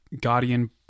Guardian